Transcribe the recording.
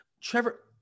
Trevor